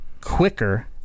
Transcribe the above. quicker